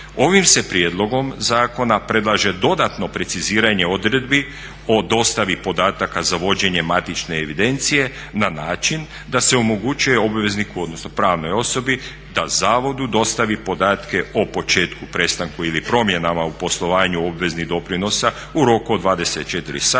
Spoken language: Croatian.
Ovim se prijedlogom zakona predlaže dodatno preciziranje odredbi o dostavi podataka za vođenje matične evidencije na način da se omogućuje obvezniku odnosno pravnoj osobi da zavodu dostavi podatke o početku, prestanku ili promjenama u poslovanju obveznih doprinosa u roku od 24 sata